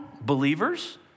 believers